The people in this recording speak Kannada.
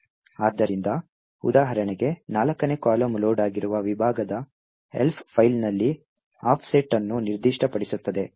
ಆದ್ದರಿಂದ ಉದಾಹರಣೆಗೆ 4 ನೇ ಕಾಲಮ್ ಲೋಡ್ ಆಗಿರುವ ವಿಭಾಗದಿಂದ Elf ಫೈಲ್ನಲ್ಲಿ ಆಫ್ಸೆಟ್ ಅನ್ನು ನಿರ್ದಿಷ್ಟಪಡಿಸುತ್ತದೆ